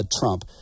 Trump